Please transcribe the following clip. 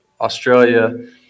Australia